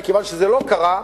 מכיוון שזה לא קרה,